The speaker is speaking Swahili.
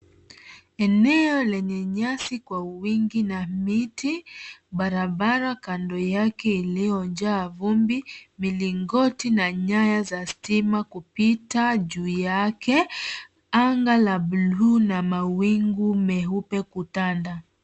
Eneo lenye nyasi kwa wingi na miti, barabara kando yake iliyojaa vumbi, milingoti na nyaya za stima kupita juu yake, anga ya bluu na mawingu meupe kutanda.